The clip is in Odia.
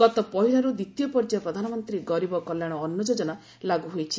ଗତ ପହିଲା ତାରିଖରୁ ଦ୍ୱିତୀୟ ପର୍ଯ୍ୟାୟ ପ୍ରଧାନମନ୍ତ୍ରୀ ଗରିବ କଲ୍ୟାଣ ଅନୁ ଯୋଜନା ଲାଗୁ ହୋଇଛି